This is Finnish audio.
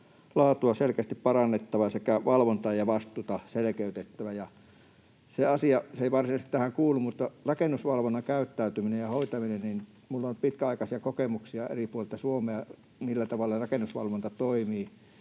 laatua on selkeästi parannettava sekä valvontaa ja vastuuta selkeytettävä. Ja se asia, se ei varsinaisesti tähän kuulu, mutta rakennusvalvonnan käyttäytymisestä ja hoitamisesta minulla on pitkäaikaisia kokemuksia eri puolilta Suomea, siitä, millä tavalla rakennusvalvonta toimii,